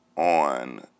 On